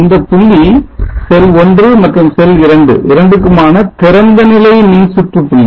இந்தப் புள்ளி செல் 1 மற்றும் செல் 2 இரண்டுக்குமான திறந்தநிலை மின்சுற்று புள்ளி